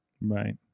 Right